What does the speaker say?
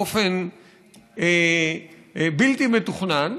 באופן בלתי מתוכנן,